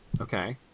Okay